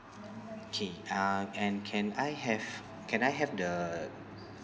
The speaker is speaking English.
okay uh and can I have can I have the